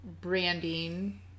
branding